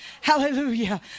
hallelujah